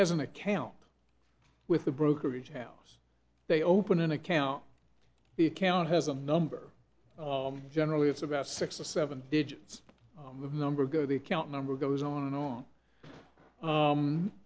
has an account with a brokerage house they open an account the account has a number generally it's about six to seven digits the number go the account number goes on and on